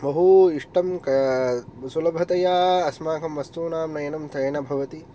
बहु इष्टं सुलभतया अस्माकं वस्तूनां नयनं तेन भवति